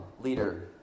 leader